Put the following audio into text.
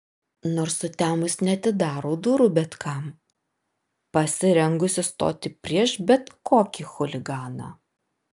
nors sutemus neatidaro durų bet kam pasirengusi stoti prieš bet kokį chuliganą